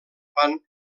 pan